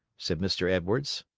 said mr. edwards.